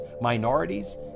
minorities